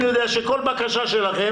בעוד שנתיים לא יהיה פה כלום,